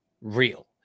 real